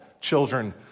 children